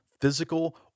physical